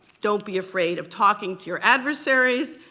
don't be afraid of talking to your adversaries,